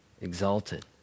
exalted